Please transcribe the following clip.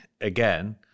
again